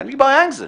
אין לי בעיה עם זה.